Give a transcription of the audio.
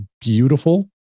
beautiful